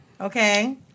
Okay